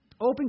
Open